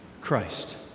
Christ